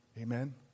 Amen